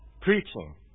preaching